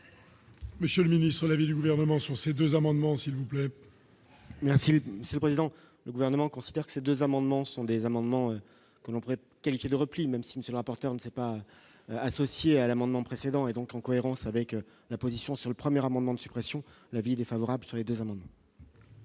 Monsieur le ministre, l'avis du gouvernement sont ces 2 amendements, s'il vous plaît. Merci monsieur le président, le gouvernement considère que ces 2 amendements sont des amendements que l'on pourrait qualifier de repli, même si monsieur le rapporteur ne s'est pas associée à l'amendement précédent et donc en cohérence avec la position sur le 1er amendement de suppression l'avis défavorable sur les 2 hommes.